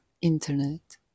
internet